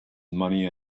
money